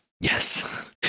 Yes